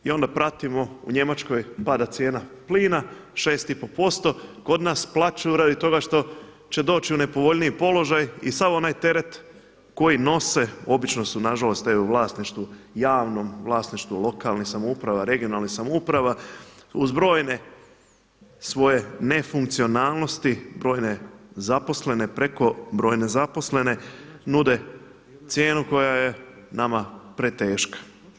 I onda pratimo u Njemačkoj pada cijena plina 6,5%, kod nas plaču radi toga što će doći u nepovoljniji položaj i sav onaj teret koji nose obično su nažalost u vlasništvu, javnom vlasništvu lokalnih samouprava, regionalnih samouprava uz brojne svoje nefunkcionalnosti, brojne zaposlene prekobrojne zaposlene nude cijenu koja je nama preteška.